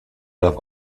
darf